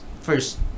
first